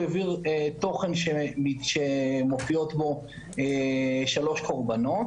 הוא העביר תוכן שמופיעות בו שלוש קורבנות.